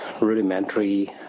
rudimentary